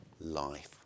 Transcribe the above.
life